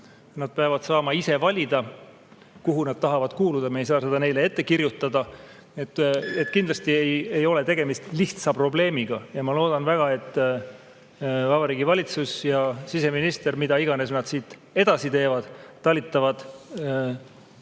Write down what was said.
Nad peavad saama ise valida, kuhu nad tahavad kuuluda. Me ei saa seda neile ette kirjutada. Kindlasti ei ole tegemist lihtsa probleemiga ja ma loodan väga, et Vabariigi Valitsus ja siseminister, mida iganes nad edasi teevad, talitavad mõistlikult